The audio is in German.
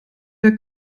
der